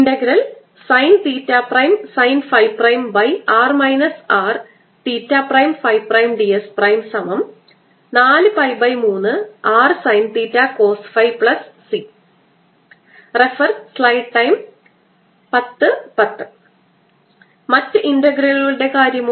sinsinϕ|r R|ds4π3rsinθcosϕC മറ്റ് ഇൻററഗ്രലുകളുടെ കാര്യമോ